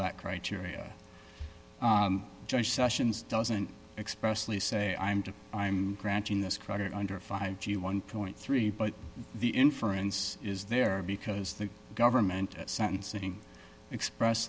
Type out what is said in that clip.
that criteria judge sessions doesn't expressly say i'm done i'm granting this credit under five g one point three but the inference is there because the government at sentencing express